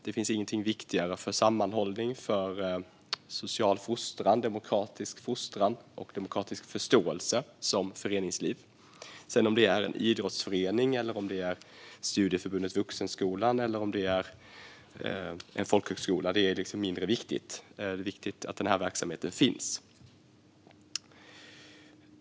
Det finns inget viktigare för sammanhållning, social fostran och förståelse för demokratin som föreningsliv. Om det sedan är i en idrottsförening, i Studieförbundet Vuxenskolan eller på en folkhögskola är mindre viktigt. Det viktiga är att denna verksamhet finns.